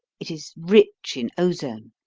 it is rich in ozone.